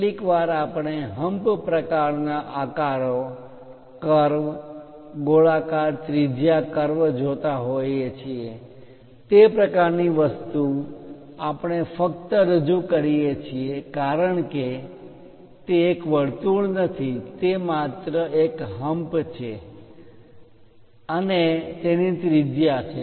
કેટલીકવાર આપણે હમ્પ પ્રકારના આકારો કર્વ ગોળાકાર ત્રિજ્યા કર્વ જોતા હોઈએ છીએ તે પ્રકારની વસ્તુ આપણે ફક્ત રજૂ કરીએ છીએ કારણ કે તે એક વર્તુળ નથી તે માત્ર એક હમ્પ છે અને તેની ત્રિજ્યા છે